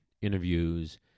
interviews